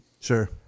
Sure